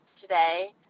today